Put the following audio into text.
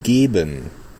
geben